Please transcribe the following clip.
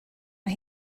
mae